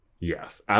Yes